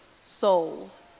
souls